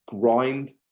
grind